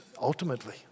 ultimately